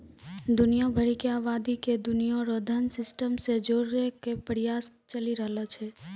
दुनिया भरी के आवादी के दुनिया रो धन सिस्टम से जोड़ेकै प्रयास चली रहलो छै